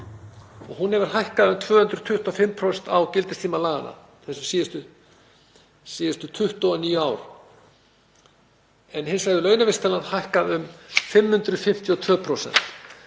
og hún hefur hækkað um 225% á gildistíma laganna síðustu 29 ár. Hins vegar hefur launavísitalan hækkað um 552%.